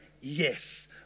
yes